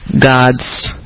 god's